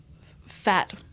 fat